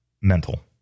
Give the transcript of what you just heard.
mental